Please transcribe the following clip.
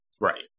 Right